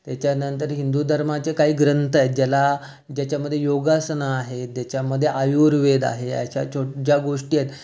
त्याच्यानंतर हिंदू धर्माचे काही ग्रंथ आहेत ज्याला ज्याच्यामध्ये योगासनं आहेत ज्याच्यामध्ये आयुर्वेद आहे याच्या ज्या गोष्टी आहेत